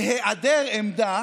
בהיעדר עמדה